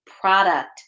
product